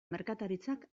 merkataritzak